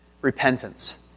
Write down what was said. repentance